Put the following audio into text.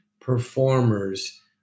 performers